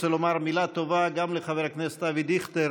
רוצה לומר מילה טובה גם לחבר הכנסת אבי דיכטר